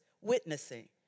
witnessing